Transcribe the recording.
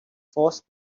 forced